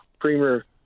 premier